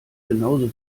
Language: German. genauso